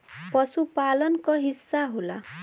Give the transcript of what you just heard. पसुपालन क हिस्सा होला